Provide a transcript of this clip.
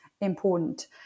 important